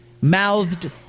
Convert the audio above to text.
mouthed